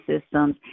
systems